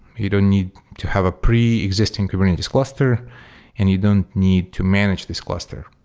you don't need to have a preexisting kubernetes cluster and you don't need to manage this cluster.